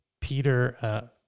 Peter